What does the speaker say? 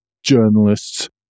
Journalists